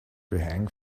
hang